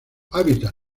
hábitat